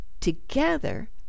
Together